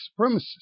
supremacists